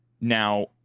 Now